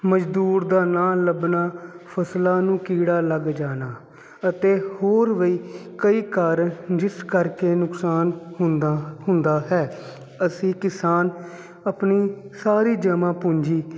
ਮਜ਼ਦੂਰ ਦਾ ਨਾ ਲੱਭਣਾ ਫਸਲਾਂ ਨੂੰ ਕੀੜਾ ਲੱਗ ਜਾਣਾ ਅਤੇ ਹੋਰ ਵੀ ਕਈ ਕਾਰਨ ਜਿਸ ਕਰਕੇ ਨੁਕਸਾਨ ਹੁੰਦਾ ਹੁੰਦਾ ਹੈ ਅਸੀਂ ਕਿਸਾਨ ਆਪਣੀ ਸਾਰੀ ਜਮ੍ਹਾਂ ਪੂੰਜੀ